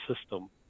system